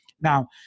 Now